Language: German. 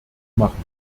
machen